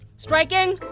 striking.